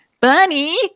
Bunny